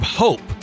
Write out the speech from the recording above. hope